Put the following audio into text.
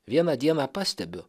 vieną dieną pastebiu